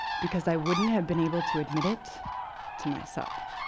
because i wouldn't have been able to admit it to myself.